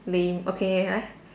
lame okay 来